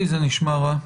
זה נשמע רע.